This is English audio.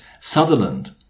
Sutherland